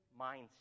mindset